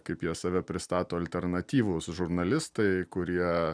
kaip jie save pristato alternatyvūs žurnalistai kurie